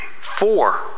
four